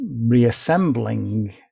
reassembling